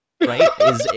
right